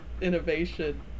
innovation